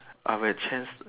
I will change